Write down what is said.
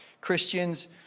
Christians